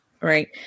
Right